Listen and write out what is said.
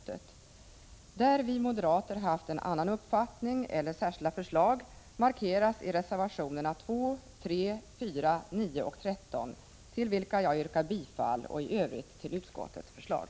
De punkter där vi moderater har haft en annan uppfattning eller framfört särskilda förslag markeras i reservationerna 2, 3, 4, 9 och 13, till vilka jag yrkar bifall. I övrigt yrkar jag bifall till utskottets förslag.